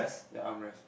ya arm rest